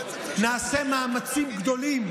נעשה מאמצים גדולים.